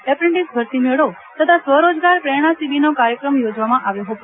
apprentice ભરતીમેળો તથા સ્વરોજગાર પ્રેરણા શિબિરનો કાર્યક્રમ યોજવામાં ભરતીમેળોઆવ્યો હતો